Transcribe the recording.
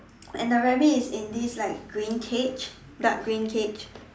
and the rabbit is in this like green cage dark green cage